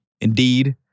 Indeed